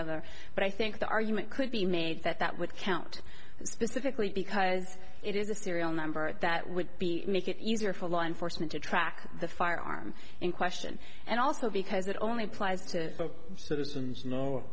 other but i think the argument could be made that that would count specifically because it is the serial number that would be make it easier for law enforcement to track the firearm in question and also because it only